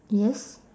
yes